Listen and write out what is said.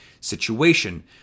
situation